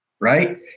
right